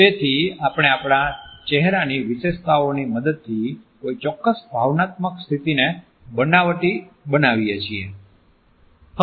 તેથી આપણે આપણા ચહેરાની વિશેષતાઓની મદદથી કોઈ ચોક્કસ ભાવનાત્મક સ્થિતિને બનાવટી બનાવીએ છીએ